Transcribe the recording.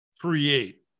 create